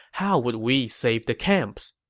how would we save the camps?